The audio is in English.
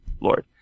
Lord